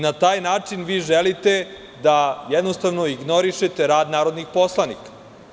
Na taj način vi želite da jednostavno ignorišete rad narodnih poslanika.